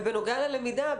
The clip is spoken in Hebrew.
ובנוגע ללמידה,